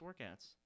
workouts